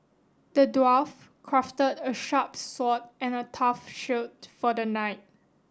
the dwarf crafted a sharp sword and a tough shield for the knight